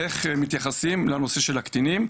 איך מתייחסים לנושא של הקטינים.